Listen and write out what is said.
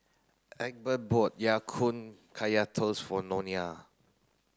Egbert bought Ya Kun Kaya Toast for Nona